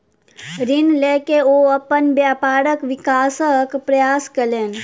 ऋण लय के ओ अपन व्यापारक विकासक प्रयास कयलैन